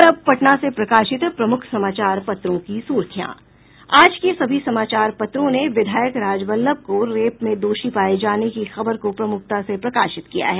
और अब पटना से प्रकाशित प्रमुख समाचार पत्रों की सुर्खियां आज के सभी समाचार पत्रों ने विधायक राजबल्लभ को रेप में दोषी पाये जाने की खबर को प्रमुखता से प्रकाशित किया है